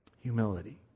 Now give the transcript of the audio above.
Humility